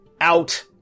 out